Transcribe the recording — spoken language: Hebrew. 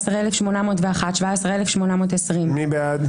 17,441 עד 17,460. מי בעד?